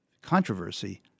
controversy